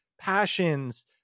passions